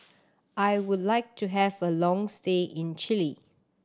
I would like to have a long stay in Chile